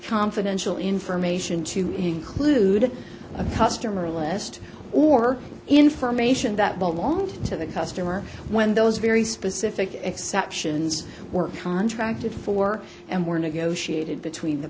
confidential information to include a customer list or information that belonged to the customer when those very specific exceptions were contracted for and were negotiated between the